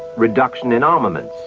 reduction in armaments,